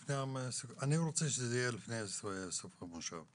אני רוצה שזה יהיה לפני סוף המושב.